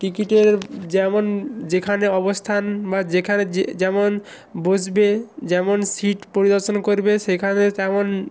টিকিটের যেমন যেখানে অবস্থান বা যেখানে যে যেমন বসবে যেমন সিট পরিদর্শন করবে সেখানে তেমন